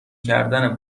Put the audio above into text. کردن